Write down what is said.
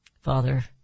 Father